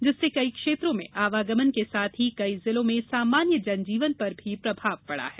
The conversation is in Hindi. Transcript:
जिससे कई क्षेत्रों में आवागमन के साथ ही कई जिलों सामान्य जनजीवन पर भी प्रभाव पड़ा है